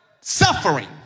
suffering